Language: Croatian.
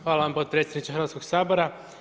Hvala vam potpredsjedniče Hrvatskog sabora.